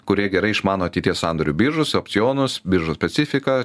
kurie gerai išmano ateities sandorių biržus opcionus biržos specifiką